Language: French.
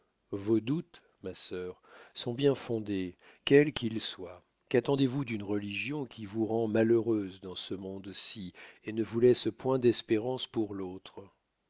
vos doutes ma sœur sont bien fondés quels qu'ils soient quattendez vous d'une religion qui vous rend malheureuse dans ce monde-ci et ne vous laisse point d'espérance pour l'autre